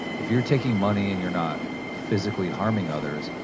if you're taking money and you're not physically harming others,